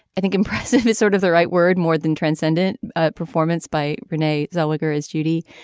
i think impressive is sort of the right word more than transcendent performance by renee zellweger as judy.